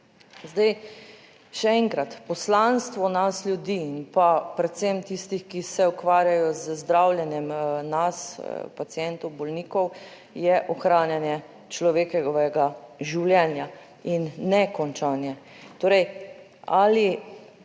Zdaj še enkrat, poslanstvo nas ljudi in pa predvsem tistih, ki se ukvarjajo z zdravljenjem nas pacientov, bolnikov, je ohranjanje človekovega življenja in ne končanje. Rečeno je